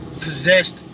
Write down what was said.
possessed